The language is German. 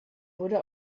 wurde